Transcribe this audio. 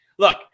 Look